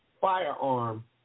firearm